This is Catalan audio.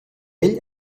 ell